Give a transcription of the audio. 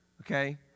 okay